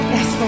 Yes